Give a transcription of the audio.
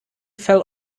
fell